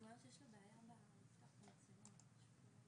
בדרך כלל התשתית בכנסת טובה